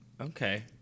Okay